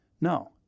No